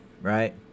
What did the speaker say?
right